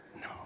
No